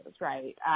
right